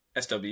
SW